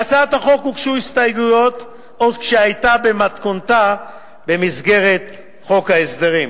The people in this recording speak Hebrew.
להצעת החוק הוגשו הסתייגויות עוד כשהיתה במתכונתה במסגרת חוק ההסדרים.